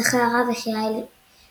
זכה הרב יחיא אלשיך.